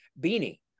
Beanie